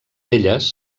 elles